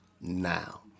now